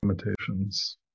limitations